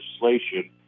legislation